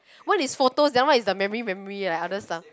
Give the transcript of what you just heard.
one is photos the other one is the memory memory like other stuff